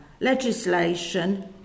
legislation